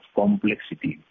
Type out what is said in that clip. complexity